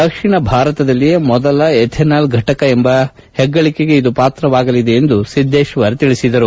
ದಕ್ಷಿಣ ಭಾರತದಲ್ಲಿಯೆ ಮೊದಲ ಎಥೆನಾಲ್ ಫಟಕ ಎಂಬ ಹೆಗ್ಗಳಿಕೆಗೆ ಇದು ಪಾತ್ರವಾಗಲಿದೆ ಎಂದು ಸಿದ್ದೇಶ್ವರ್ ತಿಳಿಸಿದರು